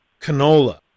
canola